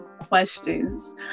questions